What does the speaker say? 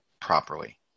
properly